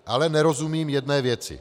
Ale nerozumím jedné věci.